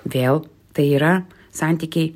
vėl tai yra santykiai